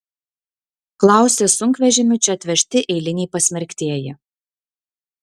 klausia sunkvežimiu čia atvežti eiliniai pasmerktieji